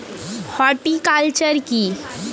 Horticulture কি?